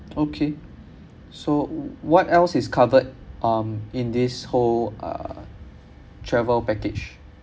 okay so what else is covered um in this whole uh travel package